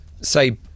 say